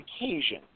occasion